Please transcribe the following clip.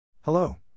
Hello